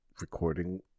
recording